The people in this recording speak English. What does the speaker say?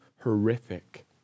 horrific